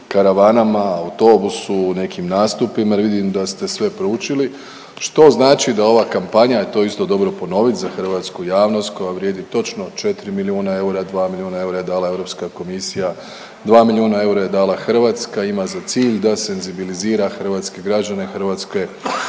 karavanama, autobusu u nekim nastupima jer vidim da ste sve proučili što znači da ova kampanja, a to je isto dobro ponovit za hrvatsku javnost koja vrijedi točno 4 milijuna eura, 2 milijuna eura je dala Europska komisija, 2 milijuna eura je dala Hrvatska ima za cilj da senzibilizira hrvatske građane, hrvatske